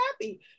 happy